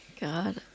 God